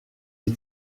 les